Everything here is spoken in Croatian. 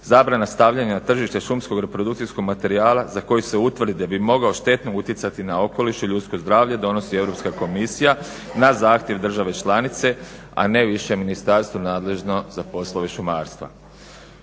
zabrana stavljanja na tržište šumskog reprodukcijskog materijala za koji se utvrdi da bi mogao štetno utjecati na okoliš i ljudsko zdravlje donosi Europska komisija na zahtjev države članice, a ne više ministarstvo nadležno za poslove šumarstva.